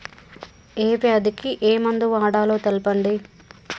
ఏ వ్యాధి కి ఏ మందు వాడాలో తెల్పండి?